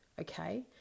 Okay